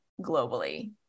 globally